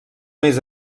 més